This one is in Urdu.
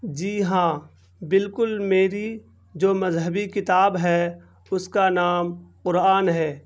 جی ہاں بالکل میری جو مذہبی کتاب ہے اس کا نام قرآن ہے